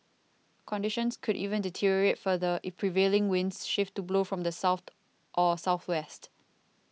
conditions could even deteriorate further if prevailing winds shift to blow from the south or southwest